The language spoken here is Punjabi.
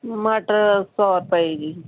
ਮਟਰ ਸੌ ਰੁਪਏ ਜੀ